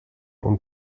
und